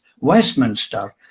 Westminster